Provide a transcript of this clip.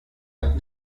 dans